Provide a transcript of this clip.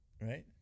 right